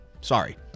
sorry